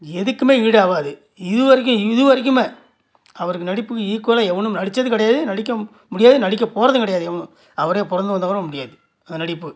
எதுக்குமே ஈடாகாது இது வரைக்கும் இது வரைக்கும் அவருக்கு நடிப்புக்கு ஈக்குவலாக எவனும் நடித்தது கிடையாது நடிக்க முடியாது நடிக்க போகிறதும் கிடையாது என் அவரே பிறந்து வந்தால் கூட முடியாது அந்த நடிப்பு